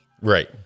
Right